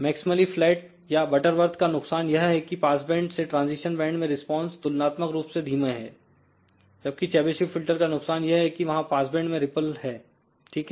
maximally flat या Butterworth का नुकसान यह है कि पासबैंड से ट्रांजिशन बैंड में रिस्पांस तुलनात्मक रूप से धीमे है जबकि चेबीशेव फिल्टर का नुकसान यह है की वहां पासबैंड में रिपल है ठीक है